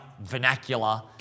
vernacular